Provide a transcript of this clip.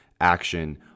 action